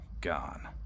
Gone